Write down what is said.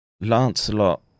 Lancelot